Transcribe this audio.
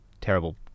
terrible